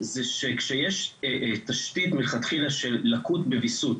זה שכשיש תשתית מלכתחילה של לקות בוויסות